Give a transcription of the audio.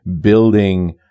building